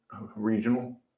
regional